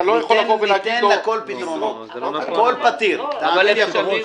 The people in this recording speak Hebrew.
אתה לא יכול להגיד לו --- הכול פתיר, האמן לי.